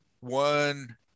one